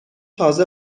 تازه